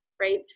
Right